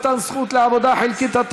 מתן זכות לעבודה חלקית),